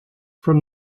from